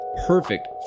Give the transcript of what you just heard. Perfect